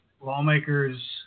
lawmakers